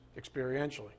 experientially